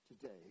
today